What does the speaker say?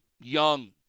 young